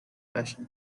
profession